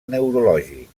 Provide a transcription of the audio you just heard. neurològic